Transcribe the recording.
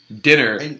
dinner